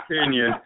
opinion